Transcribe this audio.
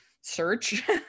search